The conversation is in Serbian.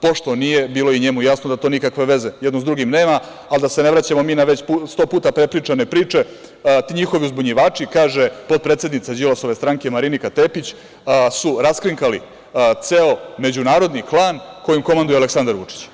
Pošto nije, bilo je i njemu jasno da to nikakve veze jedno s drugim nema, ali da se ne vraćamo mi na sto puta prepričane priče, kaže potpredsednica Đilasove stranke, Marinika Tepić – njihovi uzbunjivači su raskrinkali ceo međunarodni klan kojim komanduje Aleksandar Vučić.